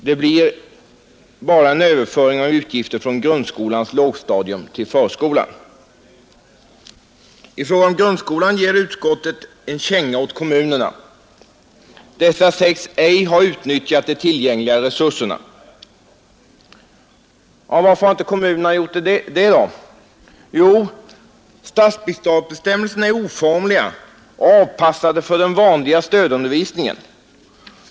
Det blir bara en överföring av utgifter från grundskolans lågstadium till förskolan. I fråga om grundskolan ger utskottet en känga åt kommunerna. Dessa sägs ej ha utnyttjat de tillgängliga resurserna. Varför har inte kommunerna gjort det? Jo, statsbidragsbestämmelserna är oformliga och avpassade för den vanliga stödundervisningen.